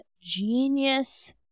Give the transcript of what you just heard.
genius